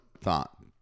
thought